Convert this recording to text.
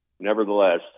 Nevertheless